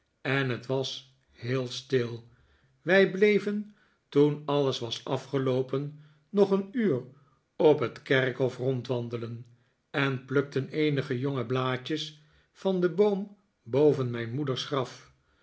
en het was heel stil wij bleven toen alles was afgeloopen nog een uur op het kerkhof rondwandelen en plukten eenige jonge blaadjes van den boom boven mijn moeders graf